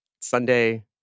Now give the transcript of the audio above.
Sunday